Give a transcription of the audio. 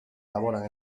elaboran